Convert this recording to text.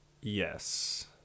Yes